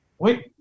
Wait